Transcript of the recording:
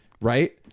right